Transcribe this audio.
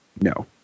No